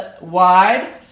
wide